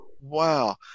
Wow